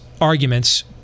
arguments